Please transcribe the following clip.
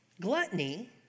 Gluttony